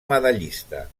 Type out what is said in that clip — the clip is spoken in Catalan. medallista